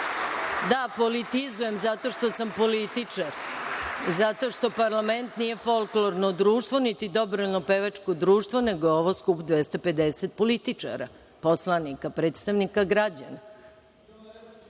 politizujem zato što sam političar, zato što parlament nije folklorno društvo, niti dobrovoljno pevačko društvo, nego je ovo skup 250 političara, poslanika, predstavnika građana.(Balša